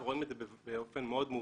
ורואים את זה באופן מאוד מובהק,